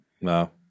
No